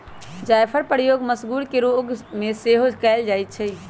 जाफरके प्रयोग मसगुर के रोग में सेहो कयल जाइ छइ